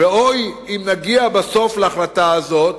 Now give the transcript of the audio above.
ואוי אם נגיע בסוף להחלטה הזאת